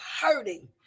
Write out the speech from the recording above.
hurting